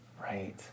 right